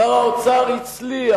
שר האוצר הצליח,